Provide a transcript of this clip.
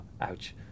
ouch